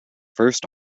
first